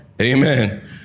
Amen